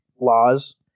Laws